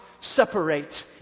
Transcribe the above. separate